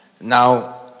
Now